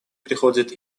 приходит